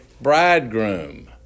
bridegroom